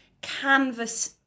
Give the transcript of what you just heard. canvas